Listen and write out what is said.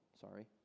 sorry